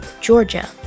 Georgia